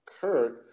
Kurt